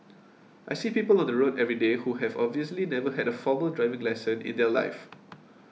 I see people on the road everyday who have obviously never had a formal driving lesson in their life